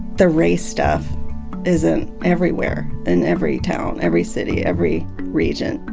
the race stuff isn't everywhere. in every town, every city, every region,